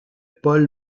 paul